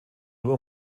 nur